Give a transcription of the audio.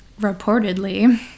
reportedly